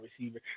receiver